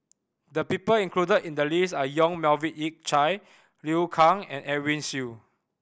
the people included in the list are Yong Melvin Yik Chye Liu Kang and Edwin Siew